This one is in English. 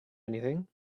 anything